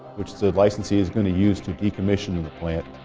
which the licensee is going to use to decommission the plant.